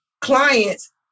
clients